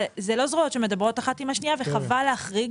אלה לא זרועות שמדברות אחת עם השנייה וחבל להחריג